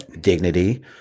dignity